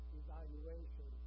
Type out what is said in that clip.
evaluation